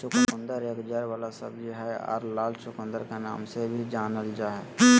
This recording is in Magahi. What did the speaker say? चुकंदर एक जड़ वाला सब्जी हय आर लाल चुकंदर के नाम से भी जानल जा हय